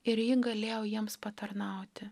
ir ji galėjo jiems patarnauti